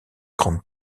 grande